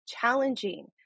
challenging